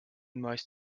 most